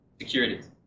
securities